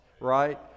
right